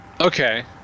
Okay